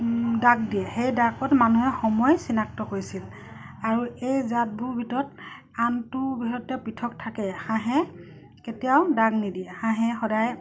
ডাক দিয়ে সেই ডাকত মানুহে সময় চিনাক্ত কৰিছিল আৰু এই জাতবোৰৰ ভিতৰত আনটো ভিতৰতে পৃথক থাকে হাঁহে কেতিয়াও ডাক নিদিয়ে হাঁহে সদায়